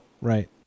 Right